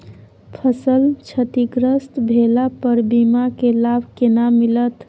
फसल क्षतिग्रस्त भेला पर बीमा के लाभ केना मिलत?